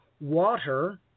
water